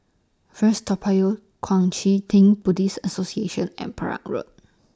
First Toa Payoh Kuang Chee Tng Buddhist Association and Perak Road